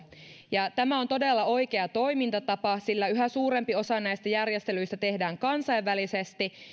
ja tämä on todella oikea toimintatapa sillä yhä suurempi osa näistä järjestelyistä tehdään kansainvälisesti